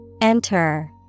Enter